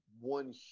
one